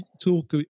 talk